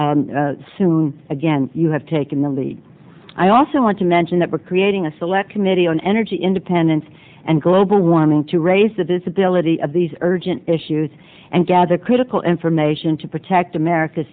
independence soon again you have taken the lead i also want to mention that we're creating a select committee on energy independence and global warming to raise the visibility of these urgent issues and gather critical information to protect america